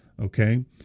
okay